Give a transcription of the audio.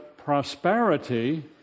prosperity